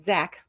Zach